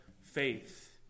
faith